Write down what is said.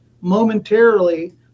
momentarily